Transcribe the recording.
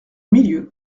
milieu